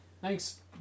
Thanks